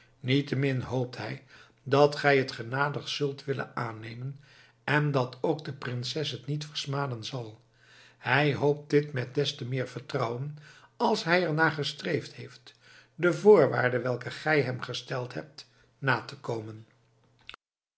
niettemin hoopt hij dat gij het genadig zult willen aannemen en dat ook de prinses het niet versmaden zal hij hoopt dit met des te meer vertrouwen als hij er naar gestreefd heeft de voorwaarde welke gij hem gesteld hebt na te komen